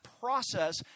process